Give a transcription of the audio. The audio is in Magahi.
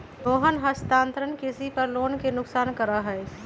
रोहन स्थानांतरण कृषि पर लोग के नुकसान करा हई